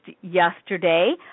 yesterday